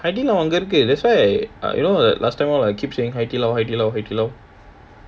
hai di lao அங்க இருக்கு:anga irukku that's why I err you know err last time all I keep saying hai di lao hai di lao hai di lao